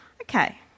Okay